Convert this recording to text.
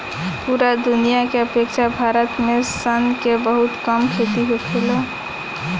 पूरा दुनिया के अपेक्षा भारत में सनई के बहुत कम खेती होखेला